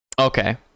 okay